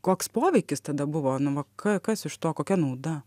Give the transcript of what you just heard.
koks poveikis tada buvo nu va ka kas iš to kokia nauda